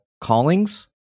Callings